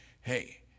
hey